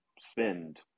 spend